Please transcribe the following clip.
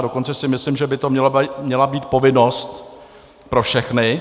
Dokonce si myslím, že by to měla být povinnost pro všechny.